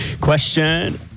Question